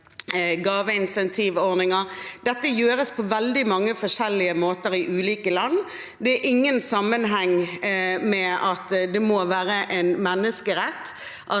gaveinsentivordninger. Dette gjøres på veldig mange forskjellige måter i ulike land. Det er ingen sammenheng med at det må være en menneskerett